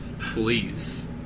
Please